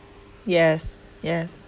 yes yes